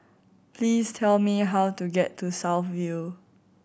please tell me how to get to South View